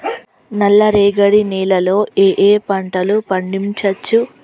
నల్లరేగడి నేల లో ఏ ఏ పంట లు పండించచ్చు?